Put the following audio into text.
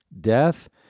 death